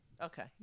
Okay